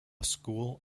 school